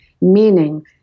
Meaning